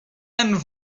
and